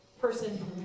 person